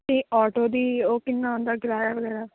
ਅਤੇ ਆਟੋ ਦੀ ਉਹ ਕਿੰਨਾ ਆਉਂਦਾ ਕਿਰਾਇਆ ਵਗੈਰਾ